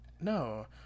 No